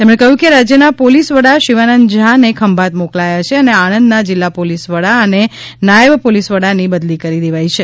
તેમણે કહ્યું છે કે રાજ્ય ના પોલિસ વડા શિવાનંદ ઝાને ખંભાત મોકલાયા છે અને આણંદના જિલ્લા પોલિસ વડા અને નાયબ પોલિસ વડા ની બદલી કરી દેવાઈ છે